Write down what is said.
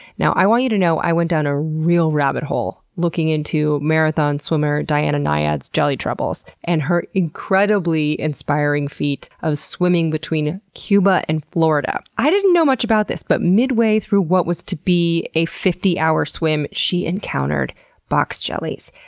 now, i want you to know i went down a real rabbit hole looking into marathon swimmer diana nyad's jelly troubles. and her incredibly inspiring feat of swimming between cuba and florida. i didn't know much about this, but midway through what was to be a fifty hour swim, she encountered box jellies.